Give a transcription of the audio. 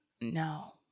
No